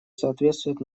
соответствует